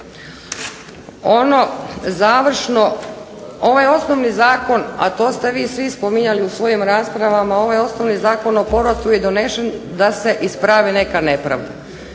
Ono završno, ovaj osnovni zakon, a to ste vi svi spominjali u svojim raspravama, ovaj osnovni zakon o povratu je donesen da se ispravi neka nepravda.